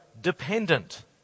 dependent